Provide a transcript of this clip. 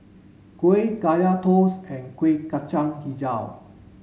Kuih Kaya toast and Kueh Kacang Hijau